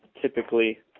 typically